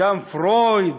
גם פרויד,